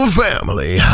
family